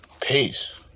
Peace